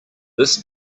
this